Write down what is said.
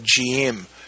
GM